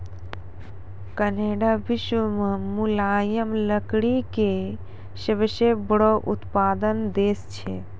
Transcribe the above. Canada विश्व मॅ मुलायम लकड़ी के सबसॅ बड़ो उत्पादक देश छै